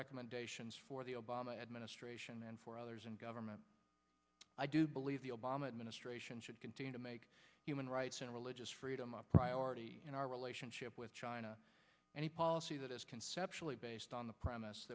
recommendations for the obama administration and for others in government i do believe the obama administration should continue to make human rights and religious freedom a priority in our relationship with china any policy that is conceptually based on the premise